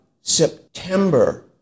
September